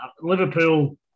Liverpool